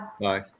Bye